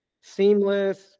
seamless